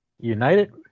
united